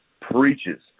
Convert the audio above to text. preaches